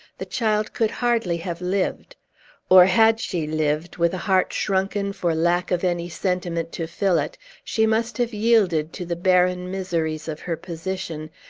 the child could hardly have lived or, had she lived, with a heart shrunken for lack of any sentiment to fill it, she must have yielded to the barren miseries of her position,